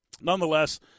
nonetheless